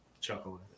chuckle